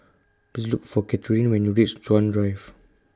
Please Look For Cathrine when YOU REACH Chuan Drive